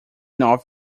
north